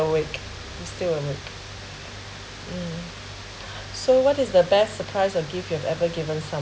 awake it's still awake mm so what is the best surprise you give you have ever given some